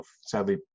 sadly